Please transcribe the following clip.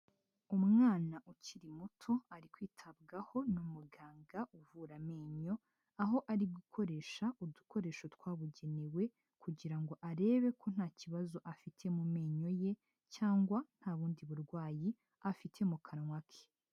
Umwana ukiri muto ari kwitabwaho n'umuganga uvura amenyo, aho ari gukoresha udukoresho twabugenewe kugira ngo arebe ko nta kibazo afite mu menyo ye cyangwa nta bundi burwayi afite mu kanwa ke.